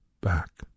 back